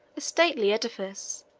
stately edifice,